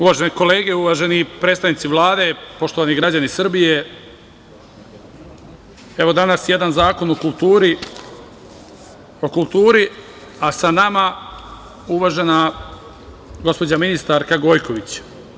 Uvažene kolege, uvaženi predstavnici Vlade, poštovani građani Srbije, danas jedan Zakon o kulturi, a sa nama uvažena gospođa ministarka Gojković.